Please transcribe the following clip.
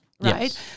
Right